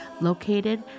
located